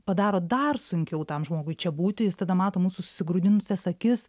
padaro dar sunkiau tam žmogui čia būti jis tada mato mūsų susigraudinusias akis